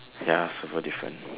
ya so no different